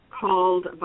called